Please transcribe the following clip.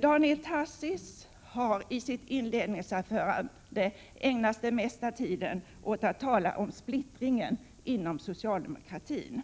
Daniel Tarschys har ägnat den mesta tiden av sitt inledningsanförande åt att tala om splittring inom socialdemokratin.